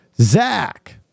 Zach